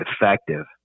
effective